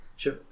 Sure